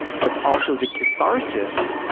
but also the catharsis,